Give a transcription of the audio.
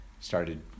started